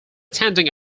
attending